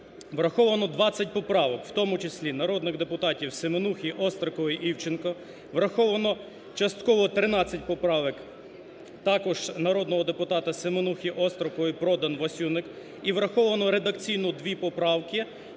Враховано 20 поправок, в тому числі народних депутатів: Семенухи, Острікової, Івченка. Враховано частково 13 поправок також народного депутата Семенухи, Острікової, Продан, Васюника. І враховано редакційно двіпоправки